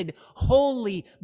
holy